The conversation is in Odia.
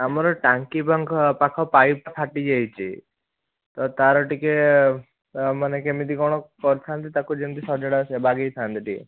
ଆମର ଟାଙ୍କି ପାଙ୍ଖ ପାଖ ପାଇପ୍ ଫାଟି ଯାଇଛି ତ ତାର ଟିକେ ଆଉ ମାନେ କେମିତି କ'ଣ କରିଥାଆନ୍ତେ ତାକୁ ଯେମିତି ସଜଡ଼ା ବାଗେଇ ଥାଆନ୍ତେ ଟିକେ